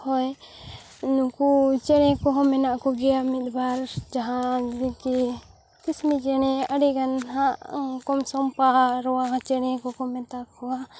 ᱦᱳᱭ ᱱᱩᱠᱩ ᱪᱮᱬᱮ ᱠᱚᱦᱚᱸ ᱢᱮᱱᱟᱜ ᱠᱚᱜᱮᱭᱟ ᱢᱤᱫᱵᱟᱨ ᱡᱟᱸᱦᱟ ᱜᱮᱠᱤ ᱠᱤᱥᱱᱤᱪᱮᱬᱮ ᱟᱰᱤᱜᱟᱱ ᱦᱟᱸᱜ ᱠᱚᱢ ᱥᱚᱢ ᱯᱟᱨᱣᱟ ᱪᱮᱬᱮ ᱠᱚᱠᱚ ᱢᱮᱛᱟ ᱠᱚᱣᱟ